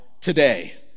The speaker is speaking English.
today